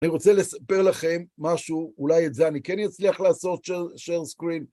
אני רוצה לספר לכם משהו, אולי את זה אני כן אצליח לעשות share screen.